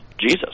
Jesus